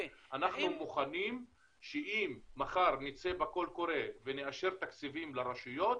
אם מחר נצא בקול קורא ונאשר תקציבים לרשויות